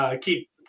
keep